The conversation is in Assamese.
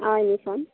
অঁ ইউনিফৰ্ম